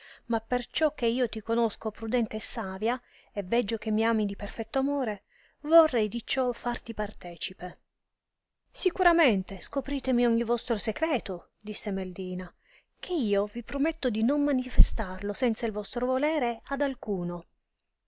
ma perciò che io ti conosco prudente e savia e veggio che mi ami di perfetto amore vorrei di ciò farti partecipe sicuramente scopritemi ogni vostro secreto disse meldina che io vi prometto di non manifestarlo senza il vostro volere ad alcuno